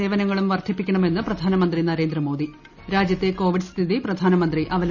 സേവനങ്ങളും വർധിപ്പിക്കണമെന്ന് പ്രധാനമന്ത്രി നരേന്ദ്രമോദി രാജ്യത്തെ കോവിഡ് സ്ഥിതി പ്രധാനമന്ത്രി അവലോകനം ചെയ്തു